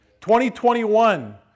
2021